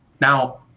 Now